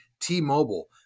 t-mobile